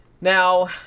now